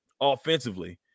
offensively